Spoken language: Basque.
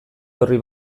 orri